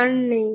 আর নেই